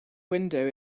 window